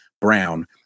Brown